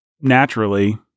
naturally